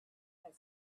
had